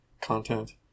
content